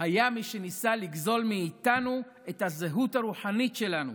היה מי שניסה לגזול מאיתנו את הזהות הרוחנית שלנו